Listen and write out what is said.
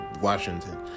Washington